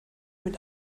mit